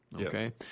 Okay